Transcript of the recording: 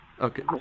Okay